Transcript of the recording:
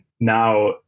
now